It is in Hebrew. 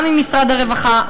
גם עם משרד הרווחה,